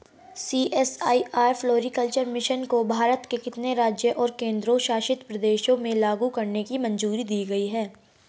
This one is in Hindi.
सी.एस.आई.आर फ्लोरीकल्चर मिशन को भारत के कितने राज्यों और केंद्र शासित प्रदेशों में लागू करने की मंजूरी दी गई थी?